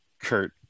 Kurt